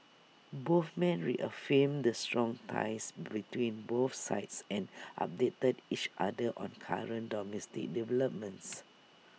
both men reaffirmed the strong ties between both sides and updated each other on current domestic developments